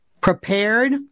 prepared